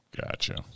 Gotcha